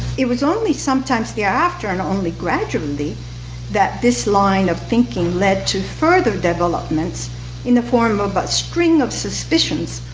it was only sometimes thereafter and only gradually that this line of thinking led to further developments in the form of a but string of suspicions,